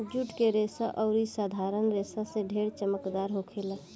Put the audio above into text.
जुट के रेसा अउरी साधारण रेसा से ढेर चमकदार होखेला